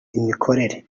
imikorere